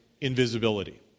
invisibility